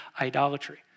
idolatry